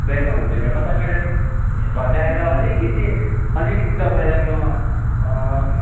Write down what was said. हुँदैन हुँदैन म तपाईँलाई घटाएर अलिकति अलिकति तपाईँलाई म